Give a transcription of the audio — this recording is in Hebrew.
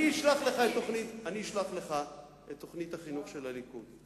אני אשלח לך את תוכנית החינוך של הליכוד.